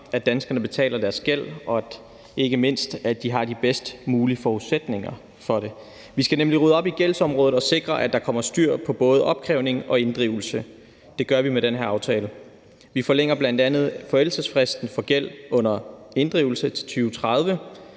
at danskerne betaler deres gæld, og ikke mindst, at de har de bedst mulige forudsætninger for det. Vi skal nemlig rydde op på gældsområdet og sikre, at der kommer styr på både opkrævning og inddrivelse. Det gør vi med denne aftale. Vi forlænger bl.a. forældelsesfristen for gæld under inddrivelse til 2030,